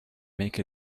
make